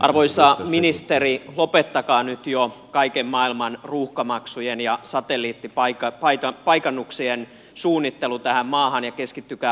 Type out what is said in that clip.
arvoisa ministeri lopettakaa nyt jo kaikenmaailman ruuhkamaksujen ja satelliittipaikannuksien suunnittelu tähän maahan ja keskittykää olennaiseen